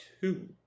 two